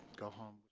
go home,